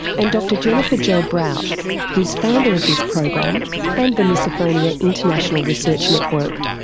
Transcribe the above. and dr jennifer jo brout who's founder of this program and the misophonia international research network.